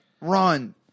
run